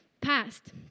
passed